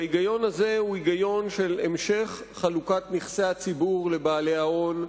וההיגיון הזה הוא היגיון של המשך חלוקת נכסי הציבור לבעלי ההון,